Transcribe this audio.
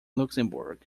luxembourg